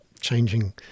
changing